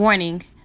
Warning